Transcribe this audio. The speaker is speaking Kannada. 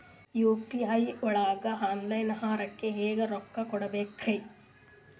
ಯು.ಪಿ.ಐ ಒಳಗ ಆನ್ಲೈನ್ ಆಹಾರಕ್ಕೆ ಹೆಂಗ್ ರೊಕ್ಕ ಕೊಡಬೇಕ್ರಿ?